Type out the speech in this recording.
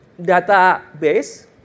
database